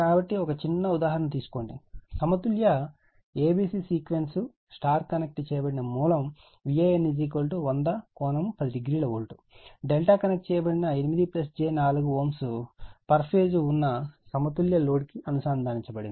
కాబట్టి ఒక చిన్న ఉదాహరణ తీసుకోండి సమతుల్య abc సీక్వెన్స్ Y కనెక్ట్ చేయబడిన మూలం Van 100 ∠10o వోల్ట్ ∆ కనెక్ట్ చేయబడిన 8 j 4 Ω ఫేజ్ ఉన్న సమతుల్య లోడ్కు అనుసంధానించబడినది